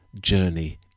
journey